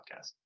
podcast